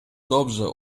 dobrze